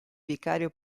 vicario